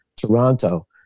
Toronto